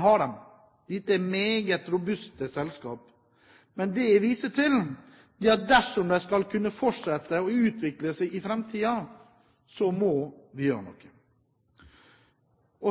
har de. Dette er meget robuste selskaper. Men det jeg viser til, er at dersom de skal kunne fortsette å utvikle seg i framtiden, må vi gjøre noe.